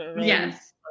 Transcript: yes